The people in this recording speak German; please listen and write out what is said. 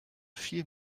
viel